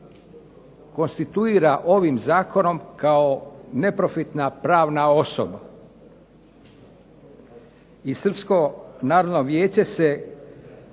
konstituira ovim zakonom kao neprofitna pravna osoba. I Srpsko narodno vijeće se